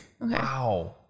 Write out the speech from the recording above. Wow